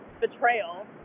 betrayal